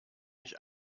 mich